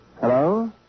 Hello